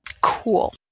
Cool